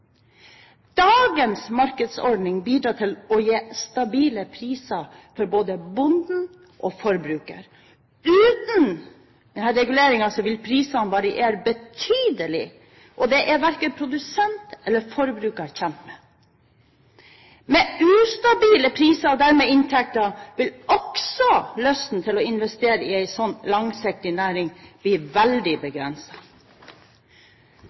Dagens markedsordning bidrar til å gi stabile priser for både bonden og forbrukeren. Uten denne reguleringen vil prisene variere betydelig, og det er verken produsent eller forbruker tjent med. Med ustabile priser – og dermed inntekter – vil også lysten til å investere i en sånn næring langsiktig bli veldig